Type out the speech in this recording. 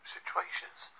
situations